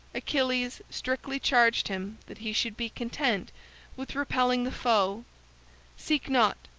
achilles strictly charged him that he should be content with repelling the foe seek not,